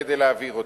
כדי להעביר אותו.